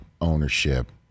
ownership